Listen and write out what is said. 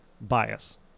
bias